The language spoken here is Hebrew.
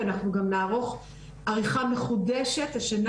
ואנחנו גם נערוך עריכה מחודשת השנה,